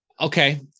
okay